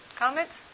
comments